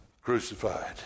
crucified